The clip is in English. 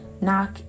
knock